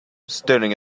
staring